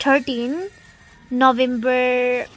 thirteen November